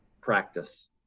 practice